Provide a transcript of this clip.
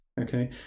Okay